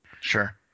sure